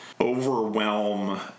overwhelm